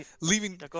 leaving